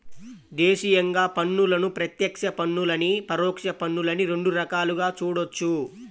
దేశీయంగా పన్నులను ప్రత్యక్ష పన్నులనీ, పరోక్ష పన్నులనీ రెండు రకాలుగా చూడొచ్చు